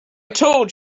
told